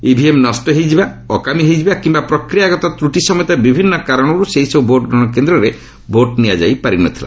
EVM ନଷ୍ଟ ହୋଇଯିବା ଅକାମୀ ହୋଇଯିବା କିମ୍ବା ପ୍ରକ୍ରିୟାଗତ ତ୍ରଟି ସମେତ ବିଭିନ୍ନ କାରଣର୍ ସେହିସବ୍ ଭୋଟ୍ଗ୍ରହଣ କେନ୍ଦ୍ରରେ ଭୋଟ୍ ନିଆଯାଇ ପାରି ନ ଥିଲା